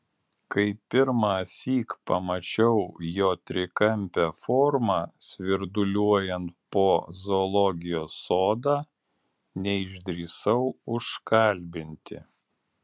kai pirmąsyk pamačiau jo trikampę formą svirduliuojant po zoologijos sodą neišdrįsau užkalbinti